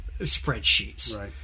spreadsheets